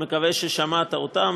מקווה ששמעת אותם.